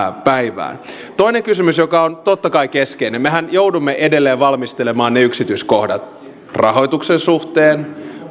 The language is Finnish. päivään toinen kysymys joka on totta kai keskeinen mehän joudumme edelleen valmistelemaan ne yksityiskohdat rahoituksen suhteen